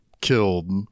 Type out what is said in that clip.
killed